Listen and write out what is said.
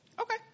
Okay